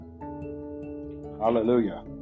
Hallelujah